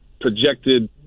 projected